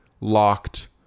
locked